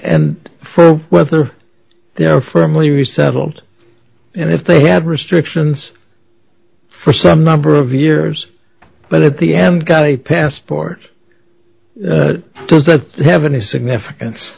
and whether they are firmly resettled and if they had restrictions for some number of years but at the end got a passport does that have any significance